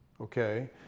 Okay